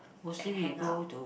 and hang out